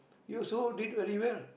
he also did very well